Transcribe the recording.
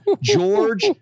George